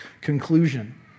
conclusion